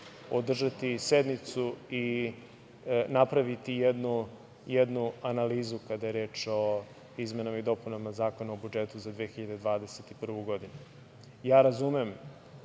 održati sednicu i napraviti jednu analizu kada je reč o Izmenama i dopunama Zakona o budžetu za 2021. godinu. Ja razumem